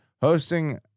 hosting